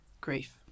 grief